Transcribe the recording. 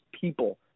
people